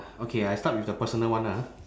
okay I start with the personal one ah